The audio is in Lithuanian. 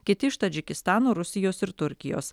kiti iš tadžikistano rusijos ir turkijos